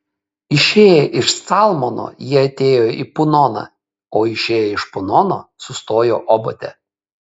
išėję iš calmono jie atėjo į punoną o išėję iš punono sustojo obote